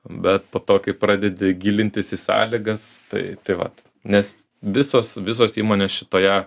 bet po to kai pradedi gilintis į sąlygas tai tai vat nes visos visos įmonės šitoje